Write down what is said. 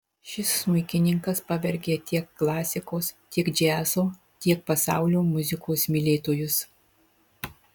šis smuikininkas pavergia tiek klasikos tiek džiazo tiek pasaulio muzikos mylėtojus